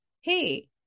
hey